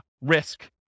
risk